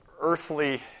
earthly